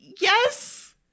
yes